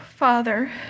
Father